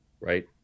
right